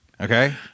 Okay